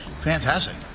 Fantastic